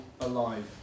alive